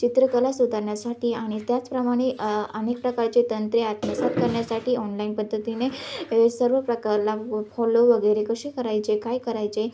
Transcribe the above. चित्रकला सुधारण्यासाठी आणि त्याचप्रमाणे अनेक प्रकारचे तंत्रे आत्मसात करण्यासाठी ऑनलाईन पद्धतीने सर्व प्रकारला फॉलो वगैरे कसे करायचे काय करायचे